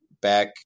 back